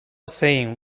saying